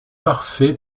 parfait